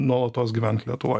nuolatos gyvent lietuvoj